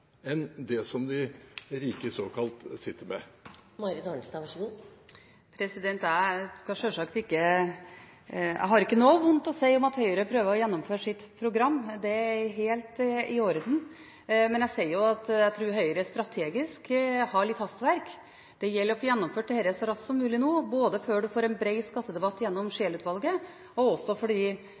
enn det som de såkalt rike sitter med? Jeg har ikke noe vondt å si om at Høyre prøver å gjennomføre sitt program; det er helt i orden. Men jeg sier at jeg tror Høyre strategisk har litt hastverk – det gjelder å få gjennomført dette så raskt som mulig nå, både før en får en bred skattedebatt gjennom Scheel-utvalget, og også